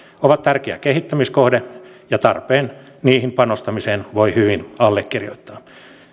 ovat tärkeä kehittämiskohde ja tarpeen niihin panostamiseen voi hyvin allekirjoittaa